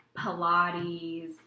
Pilates